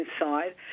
inside